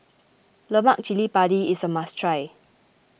Lemak Cili Padi is a must try